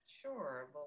Sure